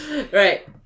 Right